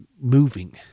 moving